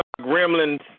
gremlins